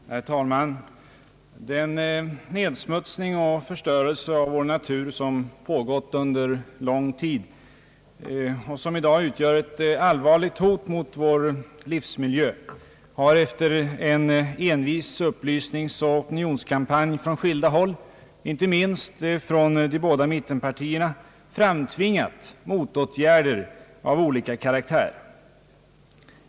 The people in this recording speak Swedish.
Herr talman! Den nedsmutsning och förstörelse av vår natur som pågått under lång tid och som i dag utgör ett allvarligt hot mot vår livsmiljö har efter en envis upplysningsoch opinionskampanj från skilda håll, inte minst från de båda mittenpartierna, framtvingat motåtgärder av olika slag.